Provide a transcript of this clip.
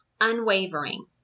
unwavering